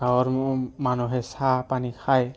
গাঁৱৰ মানুহে চাহ পানী খায়